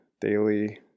daily